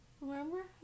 Remember